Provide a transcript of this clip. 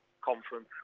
Conference